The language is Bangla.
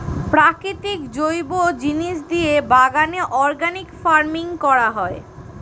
প্রাকৃতিক জৈব জিনিস দিয়ে বাগানে অর্গানিক ফার্মিং করা হয়